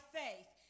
faith